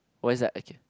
why is that okay